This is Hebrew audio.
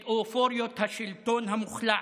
את אופוריות השלטון המוחלט,